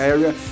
Area